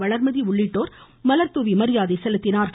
வளர்மதி உள்ளிட்டோர் மலர் தூவி மரியாதை செலுத்தினர்